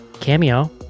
cameo